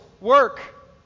work